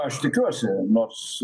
aš tikiuosi nors